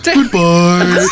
Goodbye